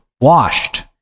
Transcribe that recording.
washed